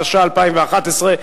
התשע"א 2011,